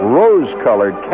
rose-colored